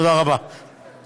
אתה הצבעת קודם,